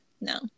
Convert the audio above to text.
no